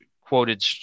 quoted